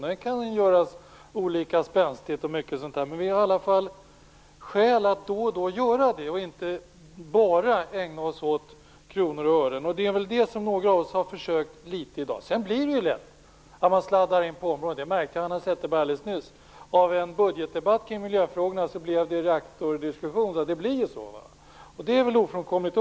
Det kan göras olika spänstigt, men vi har i alla fall skäl att då och då göra det och inte bara ägna oss åt kronor och ören. Det är det som några av oss har försökt oss på i dag. Man sladdar lätt in på andra områden. Det märkte Hanna Zetterberg alldeles nyss. Av en budgetdebatt kring miljöfrågorna blev det reaktordiskussion. Det blir så. Det är väl ofrånkomligt.